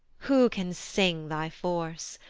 who can sing thy force?